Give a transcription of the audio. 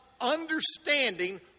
understanding